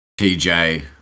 TJ